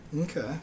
Okay